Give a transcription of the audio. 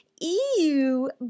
Ew